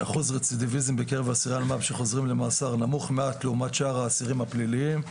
אחוז אסירי אלמ"פ שחוזרים למאסר נמוך מעט לעומת שאר האסירים הפליליים.